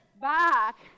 back